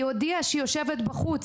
היא הודיעה שהיא יושבת בחוץ,